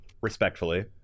respectfully